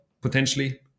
potentially